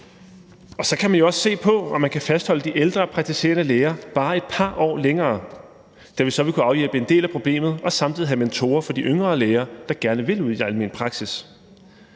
Og så kan man også se på, om man kan fastholde de ældre praktiserende læger bare et par år længere, der så vil afhjælpe en del af problemet, og samtidig have mentorer for de yngre læger, der gerne vil ud i almen praksis.